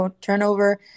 turnover